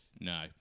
No